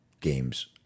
games